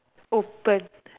open